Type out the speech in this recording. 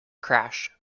crash